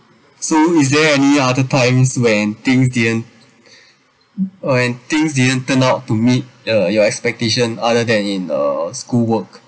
so is there any other times when things didn't when things didn't turn out to meet uh your expectations other than in uh schoolwork